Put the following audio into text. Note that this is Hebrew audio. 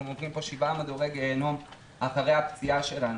אנחנו עוברים שבעה מדורי גיהינום אחרי הפציעה שלנו,